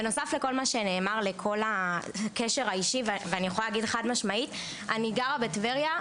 בנוסף לכל מה שנאמר לקשר האישי אני גרה בטבריה,